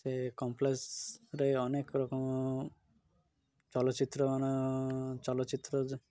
ସେ କମ୍ପ୍ଲେକ୍ସରେ ଅନେକ ରକମ ଚଳଚ୍ଚିତ୍ର ମାନ ଚଳଚ୍ଚିତ୍ର